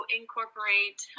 incorporate